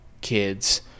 kids